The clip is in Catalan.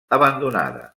abandonada